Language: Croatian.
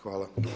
Hvala.